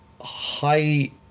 high